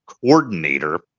Coordinator